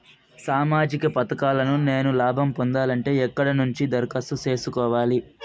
సామాజిక పథకాలను నేను లాభం పొందాలంటే ఎక్కడ నుంచి దరఖాస్తు సేసుకోవాలి?